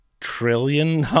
trillion